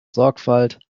sorgfalt